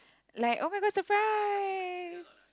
like oh-my-god surprise